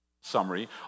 summary